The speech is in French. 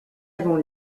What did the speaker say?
avant